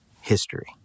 history